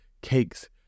cakes